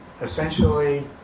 Essentially